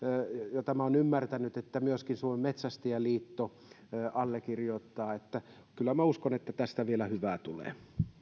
joista olen ymmärtänyt että ne myöskin suomen metsästäjäliitto allekirjoittaa kyllä minä uskon että tästä vielä hyvä tulee